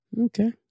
Okay